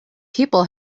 people